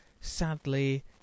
sadly